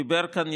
דיבר כאן,